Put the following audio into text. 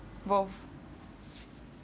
both